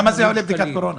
כמה עולה בדיקת קורונה?